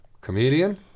comedian